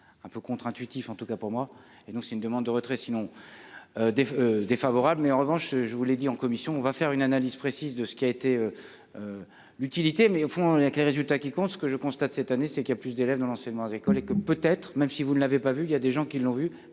un peu contre-intuitif, en tout cas pour moi et donc c'est une demande de retrait sinon des défavorable mais en revanche, je vous l'ai dit en commission, on va faire une analyse précise de ce qui a été l'utilité mais au fond il y a que le résultat qui compte, ce que je constate cette année c'est qu'il y a plus d'élèves dans l'enseignement agricole et que peut-être, même si vous ne l'avez pas vu il y a des gens qui l'ont vu,